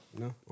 No